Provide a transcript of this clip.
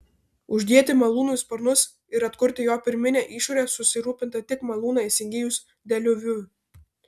uždėti malūnui sparnus ir atkurti jo pirminę išorę susirūpinta tik malūną įsigijus deliuviui